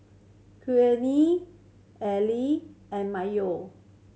Quinn Allie and Mayo